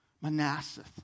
Manasseh